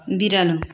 बिरालो